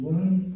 one